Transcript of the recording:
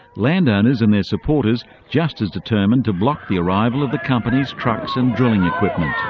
land owners and their supporters just as determined to block the arrival of the company's trucks and drilling equipment.